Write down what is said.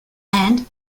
and